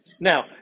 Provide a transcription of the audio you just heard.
Now